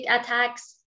attacks